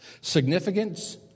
Significance